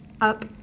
up